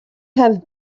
have